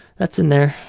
that's in there.